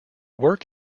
work